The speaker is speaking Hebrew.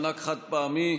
מענק חד-פעמי)